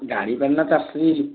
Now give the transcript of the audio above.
ଜାଣିପାରୁନ ଚାଷୀ ହେଇ